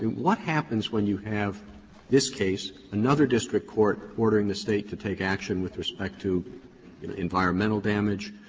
what happens when you have this case, another district court ordering the state to take action with respect to you know environmental damage,